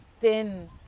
thin